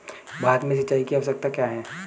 भारत में सिंचाई की आवश्यकता क्यों है?